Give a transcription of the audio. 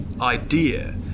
idea